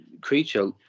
creature